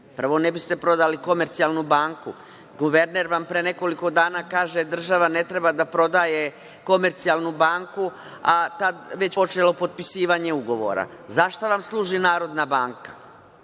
Prvo, ne bi ste prodali Komercijalnu banku. Guverner vam pre nekoliko dana kaže: „Država ne treba da prodaje Komercijalnu“, a tada već počelo potpisivanje ugovora. Zašta vam služi Narodna banka?